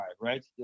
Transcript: right